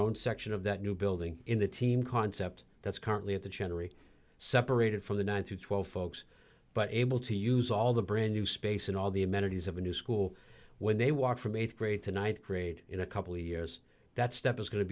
own section of that new building in the team concept that's currently at the general separated from the nine through twelve folks but able to use all the brand new space and all the amenities of a new school when they walk from th grade to night grade in a couple of years that step is going to